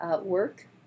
work